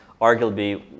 arguably